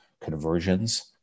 conversions